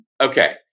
Okay